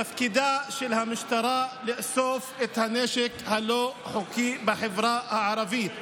תפקידה של המשטרה לאסוף את הנשק הלא-חוקי בחברה הערבית.